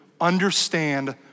understand